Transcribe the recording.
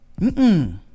-mm